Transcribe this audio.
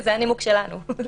זה הנימוק שלנו.